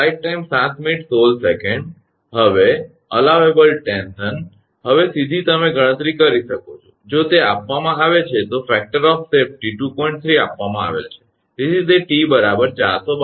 હવે માન્ય ટેન્શન હવે સીધી તમે ગણતરી કરી શકો છો જો તે આપવામાં આવે છે તો સલામતીનું પરિબળ 2